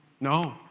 No